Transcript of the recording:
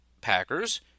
Packers